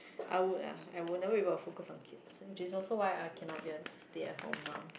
I would ah I would never even focus on kids which is also why I cannot be a stay at home mum